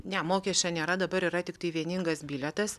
ne mokesčio nėra dabar yra tiktai vieningas bilietas